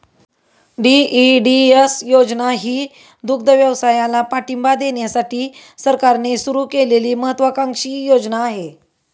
DEDS योजना ही दुग्धव्यवसायाला पाठिंबा देण्यासाठी सरकारने सुरू केलेली महत्त्वाकांक्षी योजना आहे